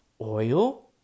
oil